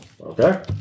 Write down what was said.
Okay